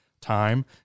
time